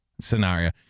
scenario